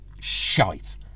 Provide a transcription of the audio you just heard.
shite